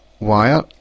wire